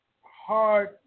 hard